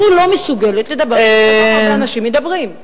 אני לא מסוגלת לדבר כשכל כך הרבה אנשים מדברים.